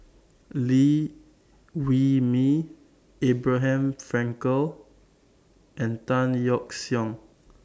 Liew Wee Mee Abraham Frankel and Tan Yeok Seong